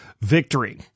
victory